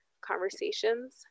conversations